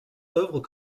œuvres